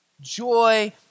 Joy